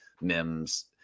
Mims